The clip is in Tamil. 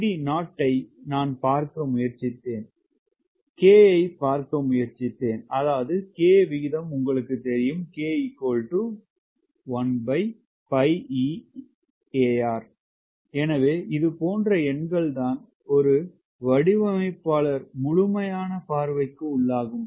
CD0 ஐப் நான் பார்க்க முயற்சித்தேன் K ஐப் பார்க்க முயற்சித்தேன் அதாவது K விகிதம் உங்களுக்குத் தெரியும் K 1πeAR எனவே இது போன்ற எண்கள் தான் ஒரு வடிவமைப்பாளர் முழுமையான பார்வைக்கு உள்ளாகும்